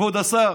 כבוד השר,